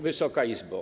Wysoka Izbo!